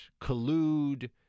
collude